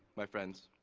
my friends.